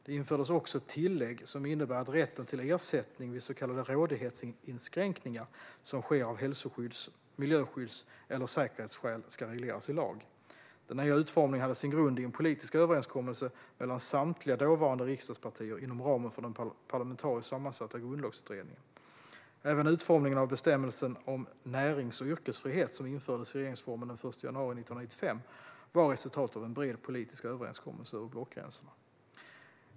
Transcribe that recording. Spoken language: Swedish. Det infördes också ett tillägg som innebär att rätten till ersättning vid så kallade rådighetsinskränkningar som sker av hälsoskydds, miljöskydds eller säkerhetsskäl ska regleras i lag. Den nya utformningen hade sin grund i en politisk överenskommelse mellan samtliga dåvarande riksdagspartier inom ramen för den parlamentariskt sammansatta Grundlagsutredningen. Även utformningen av bestämmelsen om närings och yrkesfrihet, som infördes i regeringsformen den 1 januari 1995, var resultatet av en bred politisk överenskommelse över blockgränserna.